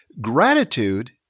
gratitude